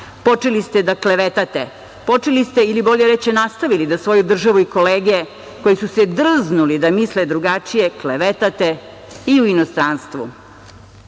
Počeli ste da klevetate, počeli ste ili bolje reći, nastavili da svoju državu i kolege koji su se drznuli da misle drugačije klevetate i u inostranstvu.